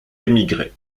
émigré